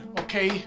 okay